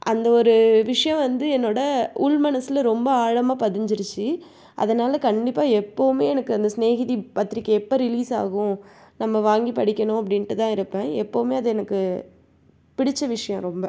அந்த ஒரு விஷயம் வந்து என்னோடய உள்மனசில் ரொம்ப ஆழமாக பதிஞ்சிருச்சு அதனால் கண்டிப்பாக எப்போதுமே எனக்கு அந்த சிநேகிதி பத்திரிகை எப்போ ரிலீஸ் ஆகும் நம்ம வாங்கிப் படிக்கணும் அப்படின்ட்டு தான் இருப்பேன் எப்போதுமே அது எனக்கு பிடித்த விஷயம் ரொம்ப